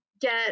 get